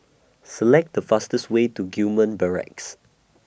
Select The fastest Way to Gillman Barracks